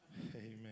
Amen